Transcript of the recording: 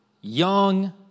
young